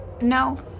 No